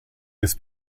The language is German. des